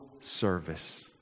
service